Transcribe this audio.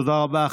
תודה רבה.